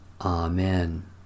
Amen